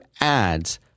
ads